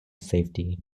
safety